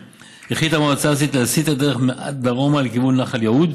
החליטה המועצה הארצית להסיט את הדרך מעט דרומה לכיוון נחל יהוד,